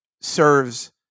serves